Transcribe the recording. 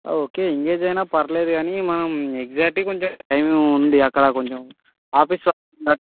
okay engage అయినా పర్లేదు కానీ మనం ఎగ్జాక్ట్గా కొంచెం టైం ఉంది అక్కడ కొంచెం ఆఫీస్ వాళ్ళు